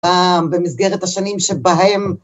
פעם במסגרת השנים שבהם